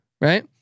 right